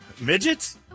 Midgets